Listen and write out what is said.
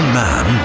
man